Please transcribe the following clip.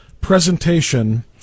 presentation